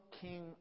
king